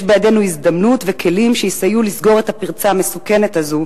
יש בידינו הזדמנות וכלים שיסייעו לסגור את הפרצה המסוכנת הזאת,